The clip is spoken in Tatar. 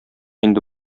инде